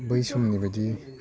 बै समानि बायदि